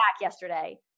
yesterday